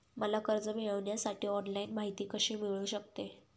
मला कर्ज मिळविण्यासाठी ऑनलाइन माहिती कशी मिळू शकते?